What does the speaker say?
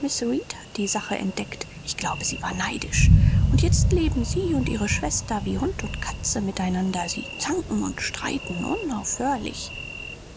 hat die sache entdeckt ich glaube sie war neidisch und jetzt leben sie und ihre schwester wie hund und katze miteinander sie zanken und streiten unaufhörlich